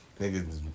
Niggas